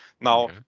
Now